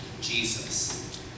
Jesus